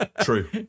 True